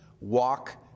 walk